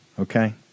Okay